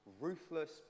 ruthless